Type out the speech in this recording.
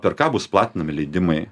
per ką bus platinami leidimai